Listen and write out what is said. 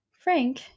Frank